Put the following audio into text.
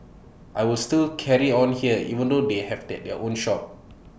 I will still carry on here even though they have the their own shop